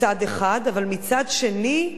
מצד אחד, אבל מצד שני,